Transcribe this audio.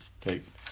take